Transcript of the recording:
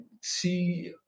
see